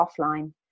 offline